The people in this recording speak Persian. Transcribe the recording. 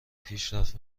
پیشرفت